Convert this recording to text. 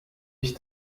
ich